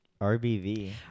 RBV